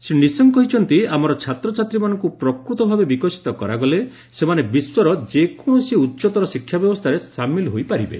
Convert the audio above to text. ଶ୍ରୀ ନିଶଙ୍କ କହିଛନ୍ତି ଆମର ଛାତ୍ରଛାତ୍ରୀମାନଙ୍କୁ ପ୍ରକୃତଭାବେ ବିକଶିତ କରାଗଲେ ସେମାନେ ବିଶ୍ୱର ଯେକୌଣସି ଉଚ୍ଚତର ଶିକ୍ଷା ବ୍ୟବସ୍ଥାରେ ସାମିଲ ହୋଇ ପାରିବେ